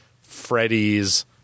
Freddie's